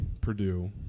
Purdue